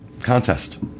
contest